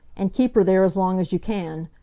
and keep her there as long as you can.